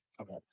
Okay